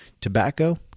tobacco